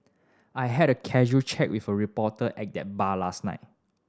I had a casual chat with a reporter at the bar last night